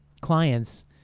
clients